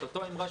את אותה אמירה,